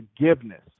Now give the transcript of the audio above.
forgiveness